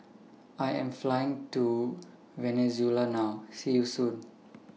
I Am Flying to Venezuela now See YOU Soon